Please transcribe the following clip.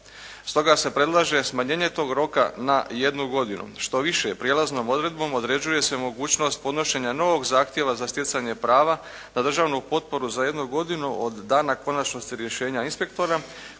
Stoga se predlaže smanjenje tog roka na jednu godinu. Štoviše prijelaznom odredbom određuje se mogućnost podnošenja novog zahtjeva za stjecanje prava na državnu potporu za jednu godinu od dana konačnosti rješenja inspektora